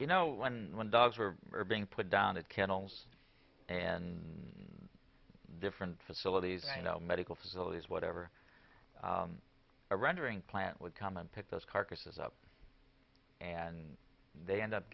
you know when when dogs were being put down and kennels and different facilities and you know medical facilities whatever a rendering plant would come and pick those carcasses up and they end up